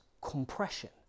compression